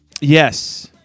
Yes